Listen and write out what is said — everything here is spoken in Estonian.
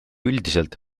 üldiselt